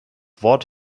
wort